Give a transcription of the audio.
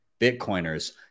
Bitcoiners